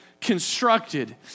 constructed